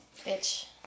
Bitch